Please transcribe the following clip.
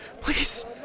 Please